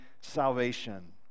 salvation